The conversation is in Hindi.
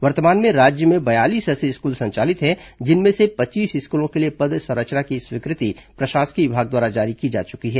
वर्तमान में राज्य में बयालीस ऐसे स्कूल संचालित हैं जिनमें से पच्चीस स्कूलों के लिए पद संरचना की स्वीकृति प्रशासकीय विभाग द्वारा जारी की जा चुकी है